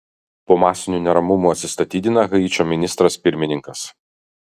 po masinių neramumų atsistatydina haičio ministras pirmininkas